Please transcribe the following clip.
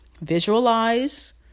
Visualize